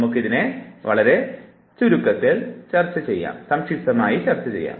നമുക്ക് ഇത് വളരെ സംക്ഷിപ്തമായി ചർച്ച ചെയ്യാം